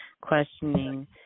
questioning